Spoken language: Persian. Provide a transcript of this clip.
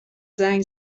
زنگ